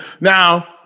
Now